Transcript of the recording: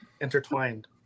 intertwined